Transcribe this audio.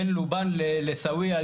בין לובן לסווייה,